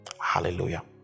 Hallelujah